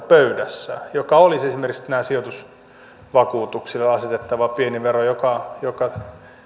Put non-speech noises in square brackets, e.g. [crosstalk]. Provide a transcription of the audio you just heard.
[unintelligible] pöydässä vaihtoehto jollainen olisi esimerkiksi näille sijoitusvakuutuksille asetettava pieni vero joka